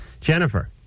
Jennifer